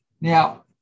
Now